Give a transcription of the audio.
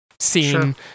scene